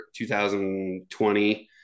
2020